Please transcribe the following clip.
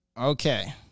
Okay